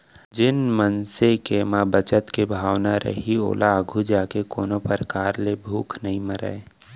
जेन मनसे के म बचत के भावना रइही ओहा आघू जाके कोनो परकार ले भूख नइ मरय